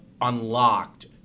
unlocked